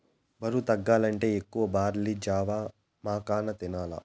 బరువు తగ్గాలంటే ఎక్కువగా బార్లీ జావ, మకాన తినాల్ల